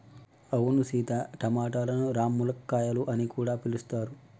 అవును సీత టమాటలను రామ్ములక్కాయాలు అని కూడా పిలుస్తారు